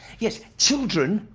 yes, children,